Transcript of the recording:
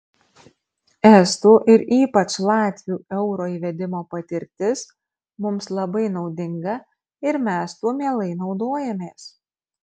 estų ir ypač latvių euro įvedimo patirtis mums labai naudinga ir mes tuo mielai naudojamės